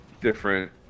different